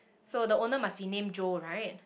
so the owner must be named Joe right